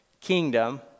kingdom